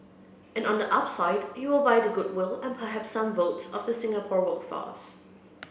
and on the upside you will buy the goodwill and perhaps some votes of the Singapore workforce